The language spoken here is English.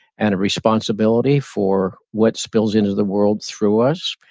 and a responsibility for what spills into the world through us,